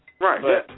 Right